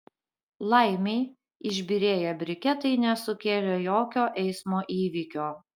laimei išbyrėję briketai nesukėlė jokio eismo įvykio